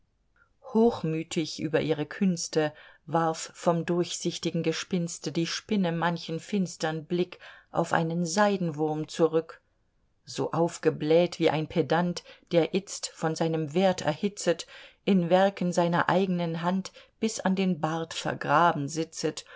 hochmütig über ihre künste warf vom durchsichtigen gespinste die spinne manchen finstern blick auf einen seidenwurm zurück so aufgebläht wie ein pedant der itzt von seinem wert erhitzet in werken seiner eignen hand bis an den bart vergraben sitzet